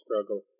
struggle